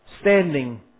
standing